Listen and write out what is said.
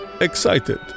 excited